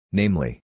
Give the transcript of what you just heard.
Namely